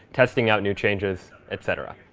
testing out new changes, et cetera.